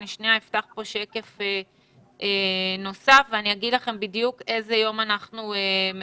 אני כבר אפתח פה שקף נוסף ואני אגיד לכם בדיוק איזה יום אנחנו מבקשים.